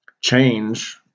change